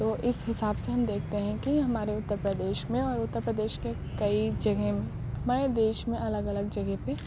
تو اس حساب سے ہم دیکھتے ہیں کہ ہمارے اتر پردیش میں اور اتر پردیش کے کئی جگہ میں ہمارے دیش میں الگ الگ جگہ پہ